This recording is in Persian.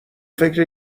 فکر